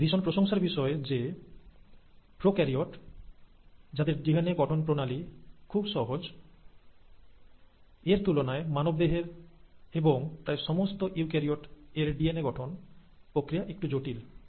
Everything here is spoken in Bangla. এটি ভীষণ প্রশংসার বিষয় যে প্রোক্যারিওট যাদের ডিএনএ গঠন প্রণালী খুব সহজ এর তুলনায় মানবদেহের এবং প্রায় সমস্ত ইউক্যারিওট এর ডিএনএ গঠন প্রক্রিয়া একটু জটিল